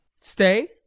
Stay